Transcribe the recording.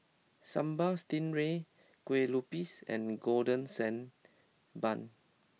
Sambal Stingray Kuih Lopes and Golden Sand Bun